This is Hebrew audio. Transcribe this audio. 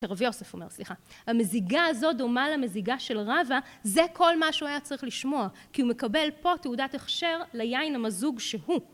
שרבי יוסף אומר, סליחה, המזיגה הזו דומה למזיגה של רבא זה כל מה שהוא היה צריך לשמוע כי הוא מקבל פה תעודת הכשר ליין המזוג שהוא